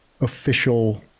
official